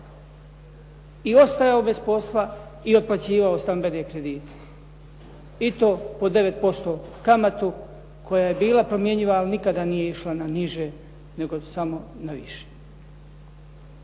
i ostajao bez posla, i otplaćivao stambene kredite i to po 9% kamatu koja je bila promjenjiva ali nikada nije išla na niže nego samo na više.